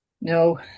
no